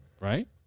Right